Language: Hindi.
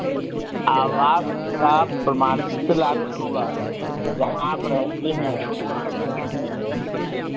आवास का प्रमाण पत्र लाना होगा जहाँ आप रहते हैं